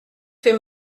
fait